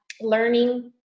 learning